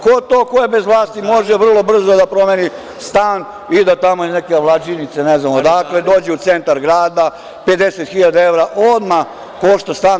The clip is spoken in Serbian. Ko to ko je bez vlasti može vrlo brzo da promeni stan i da iz tamo neke vladžinice, ne znam odakle, dođe u centar grada, 50.000 evra odmah košta stan?